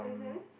mmhmm